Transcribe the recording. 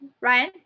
Ryan